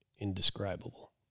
indescribable